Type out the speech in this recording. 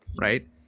right